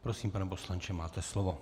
Prosím, pane poslanče, máte slovo.